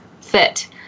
fit